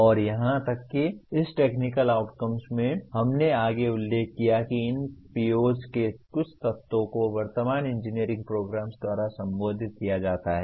और यहां तक कि इस टेक्निकल आउटकम्स में हमने आगे उल्लेख किया कि इन POs के कुछ तत्वों को वर्तमान इंजीनियरिंग प्रोग्राम्स द्वारा संबोधित किया जाता है